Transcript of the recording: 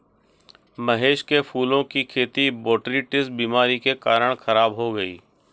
महेश के फूलों की खेती बोटरीटिस बीमारी के कारण खराब हो गई